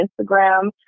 Instagram